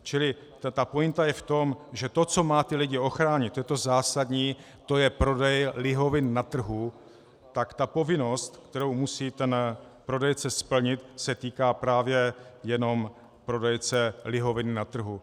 Čili ta pointa je v tom, že to, co má ty lidi ochránit, to zásadní, to je prodej lihovin na trhu, tak ta povinnost, kterou musí prodejce splnit, se týká právě jenom prodejce lihovin na trhu.